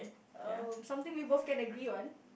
um something we both can agree on